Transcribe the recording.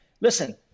Listen